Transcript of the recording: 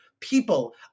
people